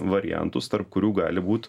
variantus tarp kurių gali būt